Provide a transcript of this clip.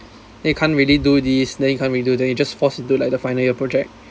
then you can't really do this then you can't really do then you just forced to do like the final year project